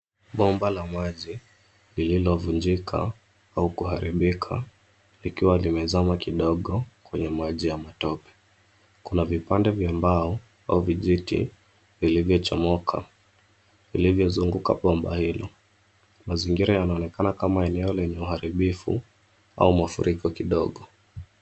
Bomba la maji lililovunjika au kuharibika likiwa limezama kidogo kwenye maji ya matope. Kuna vipande vya mbao au vijiti vilivyochomoka vilivyozunguka bomba hilo. Mazingira yanaonekana kama eneo lenye uharibifu au mafuriko kidogo.